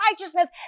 righteousness